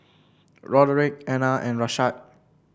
Roderic Ena and Rashaad